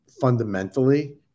fundamentally